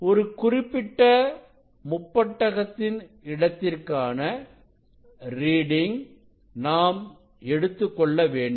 ஒரு குறிப்பிட்ட முப்பட்டகத்தின் இடத்திற்கான ரீடிங் நாம் எடுத்துக் கொள்ள வேண்டும்